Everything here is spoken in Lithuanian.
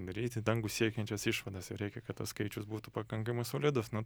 daryti dangų siekiančias išvadas ir reikia kad tas skaičius būtų pakankamai solidus nu